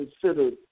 considered